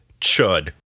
chud